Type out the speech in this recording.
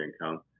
income